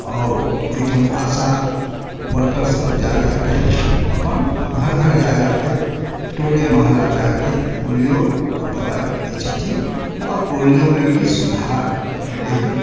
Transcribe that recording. आओर ओहिठाम आशा वर्कर सब जा जा कऽ अपन घर घर जा जा कऽ टोले महल्ला जा के पोलियो के दवाई दै छथिन आ पोलियो मे किछु सुधार भेलै हन